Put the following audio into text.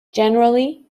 generally